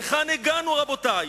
לאן הגענו, רבותי?